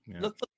Look